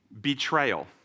Betrayal